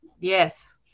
Yes